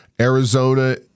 Arizona